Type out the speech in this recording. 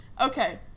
Okay